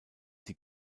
die